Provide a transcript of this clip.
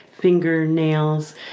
fingernails